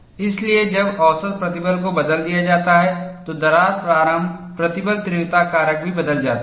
इसलिए जब औसत प्रतिबल को बदल दिया जाता है तो दरार प्रारंभ प्रतिबल तीव्रता कारक भी बदल जाता है